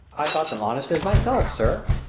i thought them honest as my self, sir.